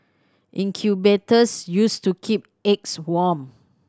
incubators used to keep eggs warm